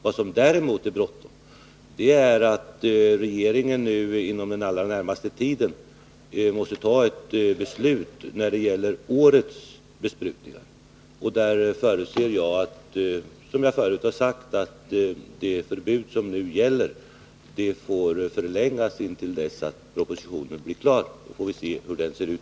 Vad som däremot är bråttom är att regeringen inom den allra närmaste tiden måste fatta ett beslut när det gäller årets besprutningar. Och jag förutsätter, som jag tidigare har sagt, att det förbud som nu gäller får förlängas intill dess att propositionen blir klar. Vi får då se hur den ser ut.